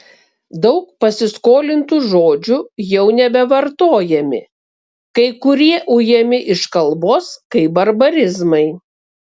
daug pasiskolintų žodžių jau nebevartojami kai kurie ujami iš kalbos kaip barbarizmai